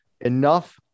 enough